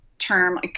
term